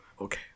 okay